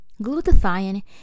Glutathione